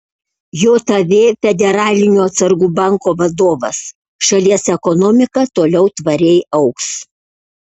jav federalinio atsargų banko vadovas šalies ekonomika toliau tvariai augs